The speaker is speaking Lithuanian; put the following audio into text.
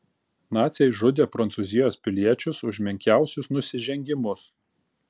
naciai žudė prancūzijos piliečius už menkiausius nusižengimus